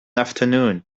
afternoon